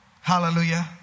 Hallelujah